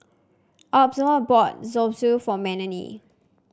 Osborne bought Zosui for Melanie